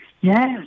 Yes